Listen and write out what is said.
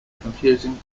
confusing